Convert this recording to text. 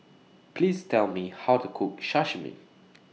Please Tell Me How to Cook Sashimi